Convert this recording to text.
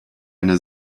eine